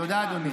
תודה, אדוני.